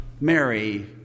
Mary